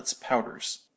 powders